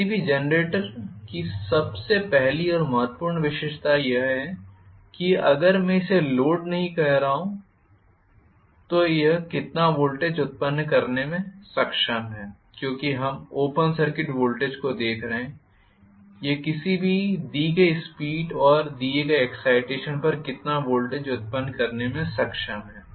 किसी भी जनरेटर की सबसे पहली और महत्वपूर्ण विशेषता यह है कि अगर मैं इसे लोड नहीं कर रहा हूं तो यह कितना वोल्टेज उत्पन्न करने में सक्षम है क्योंकि हम ओपन सर्किट वोल्टेज को देख रहे हैं यह किसी दी गई स्पीड और दिए गए एक्साइटेशन पर कितना वोल्टेज उत्पन्न करने में सक्षम है